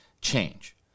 change